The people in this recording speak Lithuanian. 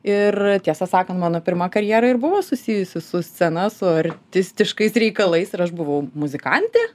ir tiesą sakant mano pirma karjera ir buvo susijusi su scena su artistiškais reikalais ir aš buvau muzikantė